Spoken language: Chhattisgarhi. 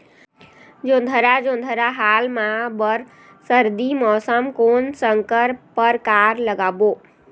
जोंधरा जोन्धरा हाल मा बर सर्दी मौसम कोन संकर परकार लगाबो?